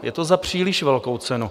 Je to za příliš velkou cenu.